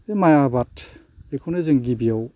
बे माइ आबाद बेखौनो जों गिबियाव